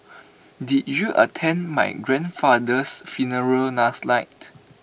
did you attend my grandfather's funeral last night